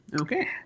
Okay